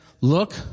look